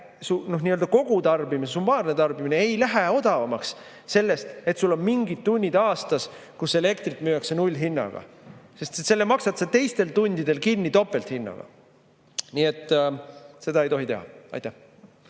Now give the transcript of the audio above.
kogutarbimine, summaarne tarbimine ei lähe odavamaks sellest, et sul on mingid tunnid aastas, kus elektrit müüakse nullhinnaga, sest selle sa maksad teistel tundidel kinni topelthinnaga. Nii et seda ei tohi teha. Tänan,